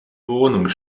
wohnung